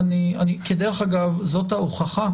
זאת ההוכחה